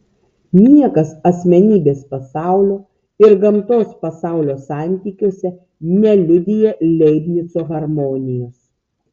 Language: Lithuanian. niekas asmenybės pasaulio ir gamtos pasaulio santykiuose neliudija leibnico harmonijos